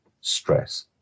stress